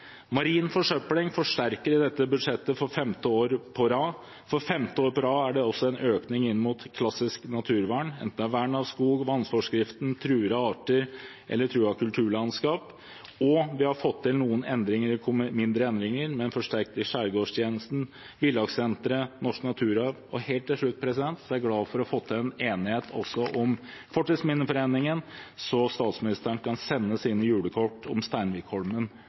marin forsøpling forsterkes i dette budsjettet for femte år på rad. For femte år på rad er det også en økning innen klassisk naturvern, enten det er vern av skog, vannforskriften, truede arter eller truede kulturlandskap. Vi har fått til noen mindre endringer. Man forsterker Skjærgårdstjenesten, Villakssenteret og Norsk naturarv. Helt til slutt er jeg glad for å ha fått til en enighet om Fortidsminneforeningen, så statsministeren kan sende sine julekort om Steinvikholmen